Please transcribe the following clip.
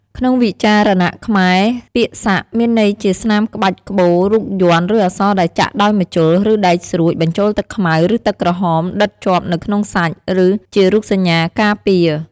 ក្នុងវិចារណៈខ្មែរ ពាក្យ "សាក់" មានន័យជាស្នាមក្បាច់ក្បូរ រូប យ័ន្ត ឬអក្សរដែលចាក់ដោយម្ជុល ឬដែកស្រួច បញ្ចូលទឹកខ្មៅ ឬទឹកក្រហម ដិតជាប់នៅក្នុងសាច់ ឬជារូបសញ្ញាការពារ។